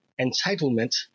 entitlement